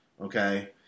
okay